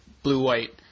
blue-white